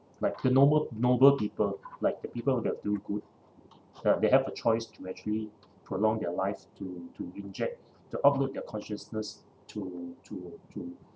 like the noble noble people like the people that do good ya they have a choice to actually prolong their lives to to inject to upload their consciousness to to to